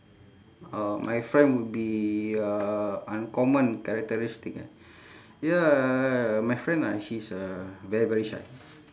oh my friend would be uh uncommon characteristic eh ya my friend ah he's uh very very shy